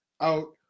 out